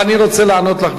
אבל אני רוצה לענות לך,